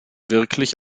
wirklich